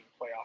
playoff